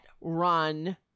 run